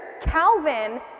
Calvin